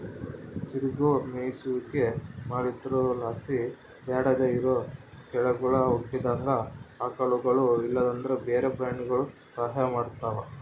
ತಿರುಗೋ ಮೇಯಿಸುವಿಕೆ ಮಾಡೊದ್ರುಲಾಸಿ ಬ್ಯಾಡದೇ ಇರೋ ಕಳೆಗುಳು ಹುಟ್ಟುದಂಗ ಆಕಳುಗುಳು ಇಲ್ಲಂದ್ರ ಬ್ಯಾರೆ ಪ್ರಾಣಿಗುಳು ಸಹಾಯ ಮಾಡ್ತವ